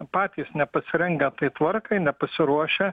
patys nepasirengę tai tvarkai nepasiruošę